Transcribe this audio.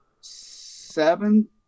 seven